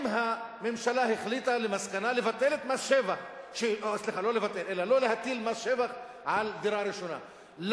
אם הממשלה החליטה לא להטיל מס שבח על דירה ראשונה,